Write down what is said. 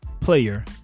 player